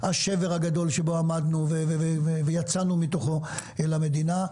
השבר הגדול שבו עמדנו ויצאנו ממנו אל המדינה,